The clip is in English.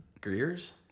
Greer's